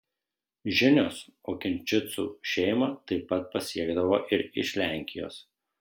žinios okinčicų šeimą taip pat pasiekdavo ir iš lenkijos